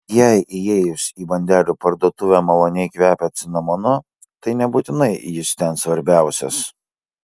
jei įėjus į bandelių parduotuvę maloniai kvepia cinamonu tai nebūtinai jis ten svarbiausias